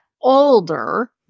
older